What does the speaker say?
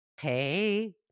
Hey